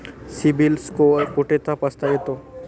CIBIL score कुठे तपासता येतो?